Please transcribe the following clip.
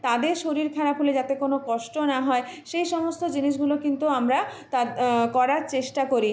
তাদের শরীর খারাপ হলে যাতে কোনো কষ্ট না হয় সেই সমস্ত জিনিসগুলো কিন্তু আমরা তা করার চেষ্টা করি